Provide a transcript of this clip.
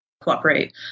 cooperate